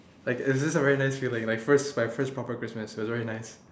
like it was just a very nice feeling my first my first proper Christmas it was very nice